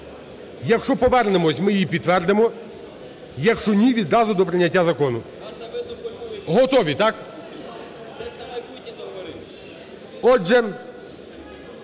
Якщо повернемось, ми її підтвердимо, якщо ні, відразу до прийняття закону. Готові, так? Отже,